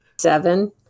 seven